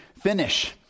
finish